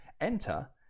Enter